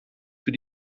für